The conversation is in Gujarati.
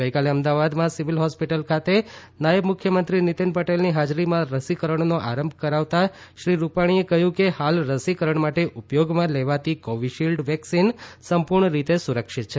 ગઇકાલે અમદાવાદમાં સિવીલ ફોસ્પીટલ ખાતે નાયબ મુખ્યમંત્રી નીતીન પટેલની ફાજરીમાં રસીકરણનો આરંભ કરાવતા શ્રી રૂપાણીએ કહ્યું કે હાલ રસીકરણ માટે ઉપયોગમાં લેવાતી કોવીશીલ્ડ વેકસીન સંપૂર્ણ રીતે સુરક્ષીત છે